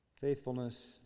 faithfulness